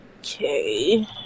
okay